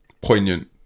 poignant